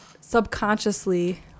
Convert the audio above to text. subconsciously